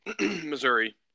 Missouri